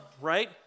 right